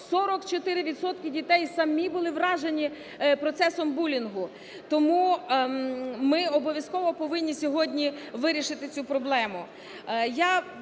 дітей самі були вражені процесом булінгу. Тому ми обов'язково повинні сьогодні вирішити цю проблему.